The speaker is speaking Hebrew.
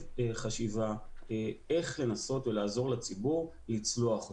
חשיבה איך לנסות לעזור לציבור לצלוח אותו.